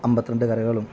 അൻപത്തി രണ്ട് കരകളും